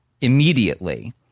immediately